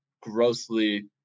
grossly